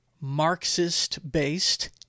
Marxist-based